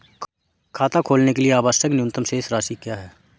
खाता खोलने के लिए आवश्यक न्यूनतम शेष राशि क्या है?